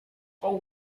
for